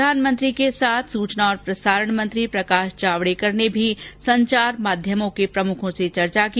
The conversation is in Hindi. प्रधानमंत्री के साथ सूचना और प्रसारण मंत्री प्रकाश जावड़ेकर ने भी संचार माध्यमों के प्रमुखों से चर्चा की